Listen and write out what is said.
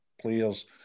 players